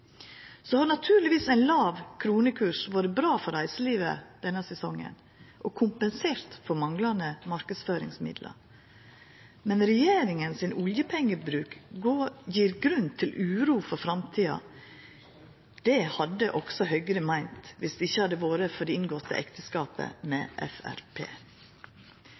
Ein låg kronekurs har naturlegvis vore bra for reiselivet denne sesongen og kompensert for manglande marknadsføringsmidlar, men regjeringa sin oljepengebruk gjev grunn til uro for framtida. Det hadde også Høgre meint viss det ikkje hadde vore for det inngåtte ekteskapet med